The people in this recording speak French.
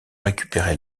récupérer